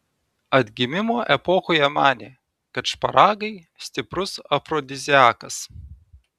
atgimimo epochoje manė kad šparagai stiprus afrodiziakas